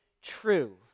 true